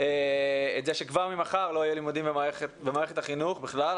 את זה שכבר ממחר לא יהיו לימודים במערכת החינוך בכלל,